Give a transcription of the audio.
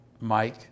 Mike